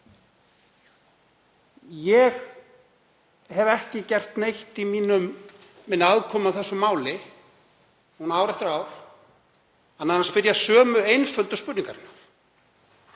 Ég hef ekki gert neitt í minni aðkomu að þessu máli núna ár eftir ár annað en að spyrja sömu einföldu spurningarinnar: